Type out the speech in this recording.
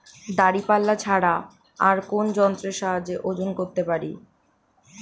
দাঁড়িপাল্লা ছাড়া আর কোন যন্ত্রের সাহায্যে ওজন করতে পারি?